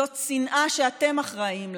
זאת שנאה שאתם אחראים לה.